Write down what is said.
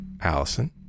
Allison